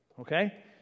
Okay